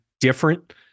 different